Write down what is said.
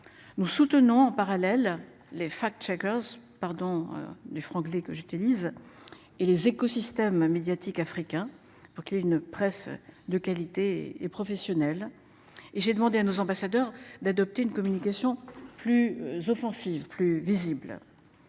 Nous soutenons en parallèle les fact-checkers pardon du franglais que j'utilise et les écosystèmes médiatique africain pour qu'il y ait une presse de qualité et professionnel et j'ai demandé à nos ambassadeurs d'adopter une communication plus offensif, plus visible.